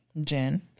Jen